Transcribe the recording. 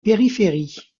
périphérie